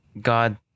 God